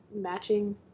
matching